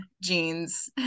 jeans